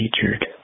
featured